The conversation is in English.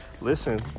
Listen